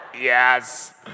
Yes